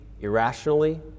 irrationally